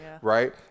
Right